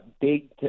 big